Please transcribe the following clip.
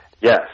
Yes